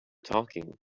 talking